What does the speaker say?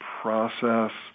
process